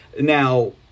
Now